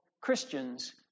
Christians